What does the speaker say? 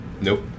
Nope